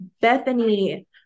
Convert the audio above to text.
Bethany